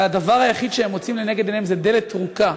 והדבר היחיד שהם מוצאים לנגד עיניהם זה דלת טרוקה,